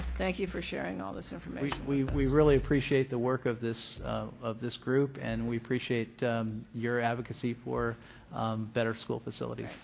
thank you for sharing all this information. we we really appreciate the work of this of this group and we appreciate your advocacy for better school facilities.